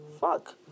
Fuck